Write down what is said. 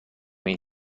این